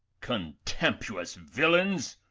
contemptuous villains,